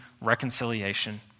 reconciliation